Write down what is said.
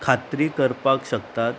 खात्री करपाक शकतात